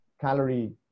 calorie